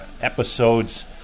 episodes